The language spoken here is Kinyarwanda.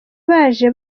baje